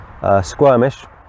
squirmish